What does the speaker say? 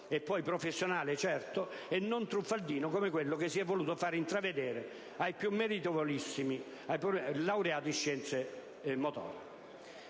e poi professionale certo e non truffaldino, come quello che si è voluto far intravedere ai pur meritevolissimi laureati in scienze motorie.